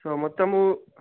so మొత్తము